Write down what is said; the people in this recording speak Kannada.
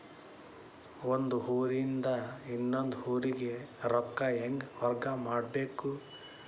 ಒಂದ್ ಊರಿಂದ ಇನ್ನೊಂದ ಊರಿಗೆ ರೊಕ್ಕಾ ಹೆಂಗ್ ವರ್ಗಾ ಮಾಡ್ಬೇಕು?